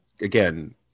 again